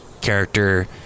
character